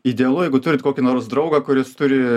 idealu jeigu turit kokį nors draugą kuris turi